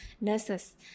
nurses